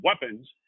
weapons